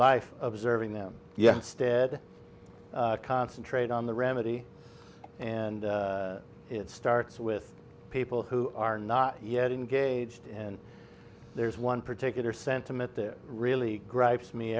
life observing them yet stead concentrate on the remedy and it starts with people who are not yet engaged and there's one particular sentiment there really gripes me